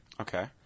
Okay